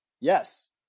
Yes